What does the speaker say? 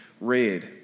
read